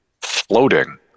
floating